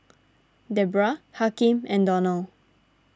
Deborrah Hakim and Donal